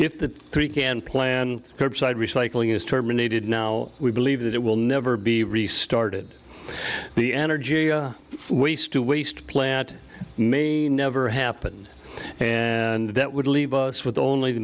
if the three can plan curbside recycling is terminated now we believe that it will never be restarted the energy we still waste plant may never happen and that would leave us with only the